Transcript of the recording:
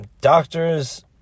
Doctors